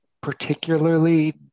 particularly